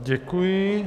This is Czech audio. Děkuji.